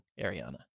Ariana